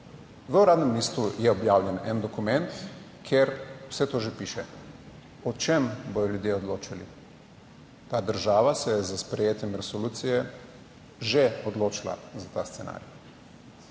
v uradnem listu je objavljen en dokument, kjer vse to že piše, o čem bodo ljudje odločali. Ta država se je s sprejetjem resolucije že odločila za ta scenarij.